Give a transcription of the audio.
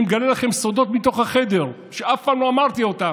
אני מגלה לכם סודות מתוך החדר שאף פעם לא אמרתי אותם,